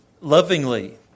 lovingly